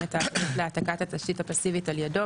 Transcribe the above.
את העבודות להעתקת התשתית הפסיבית על ידו,